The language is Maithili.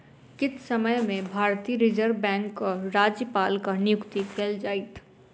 किछ समय में भारतीय रिज़र्व बैंकक राज्यपालक नियुक्ति कएल जाइत